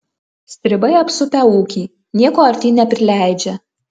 stribai apsupę ūkį nieko artyn neprileidžia